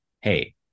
Hey